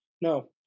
no